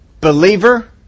believer